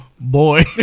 Boy